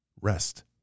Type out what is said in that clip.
rest